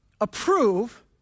approve